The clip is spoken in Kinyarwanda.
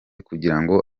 kugirango